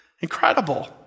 Incredible